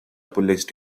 police